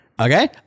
okay